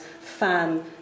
fan